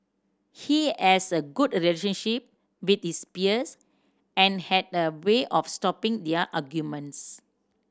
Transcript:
he has a good relationship with his peers and had a way of stopping their arguments